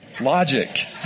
Logic